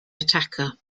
attacker